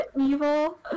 Evil